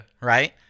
Right